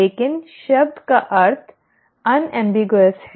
लेकिन शब्द का एक अर्थ अनेम्बिग्यवस है